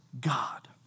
God